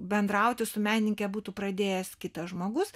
bendrauti su menininke būtų pradėjęs kitas žmogus